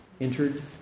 entered